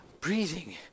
breathing